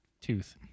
tooth